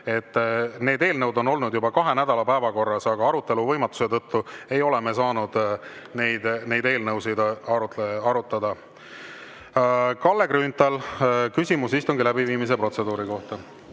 need eelnõud on olnud juba kahe nädala päevakorras, aga arutelu võimatuse tõttu ei ole me saanud neid arutada. Kalle Grünthal, küsimus istungi läbiviimise protseduuri kohta.